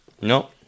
No